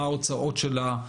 מה ההוצאות שלה,